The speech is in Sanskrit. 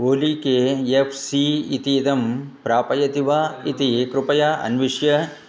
ओली के एफ़् सी इतीदं प्राप्यते वा इति कृपया अन्विष